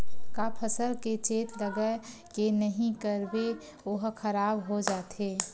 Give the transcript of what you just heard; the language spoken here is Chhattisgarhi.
का फसल के चेत लगय के नहीं करबे ओहा खराब हो जाथे?